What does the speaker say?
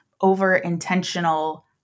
over-intentional